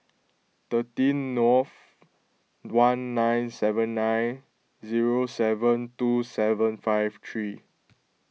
thirteen Nov one nine seven nine zero seven two seven five three